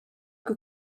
kui